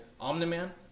Omni-Man